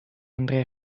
andrea